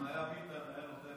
אם ביטן היה, היה נותן לך,